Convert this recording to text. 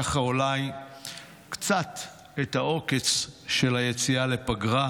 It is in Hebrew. ככה אולי נעמעם קצת את העוקץ של היציאה לפגרה.